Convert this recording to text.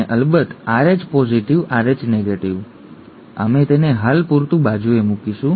અને અલબત્ત Rh positive Rh negative અમે તેને હાલ પૂરતું બાજુએ મૂકીશું